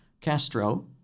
Castro